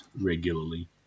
regularly